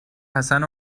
حسن